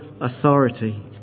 authority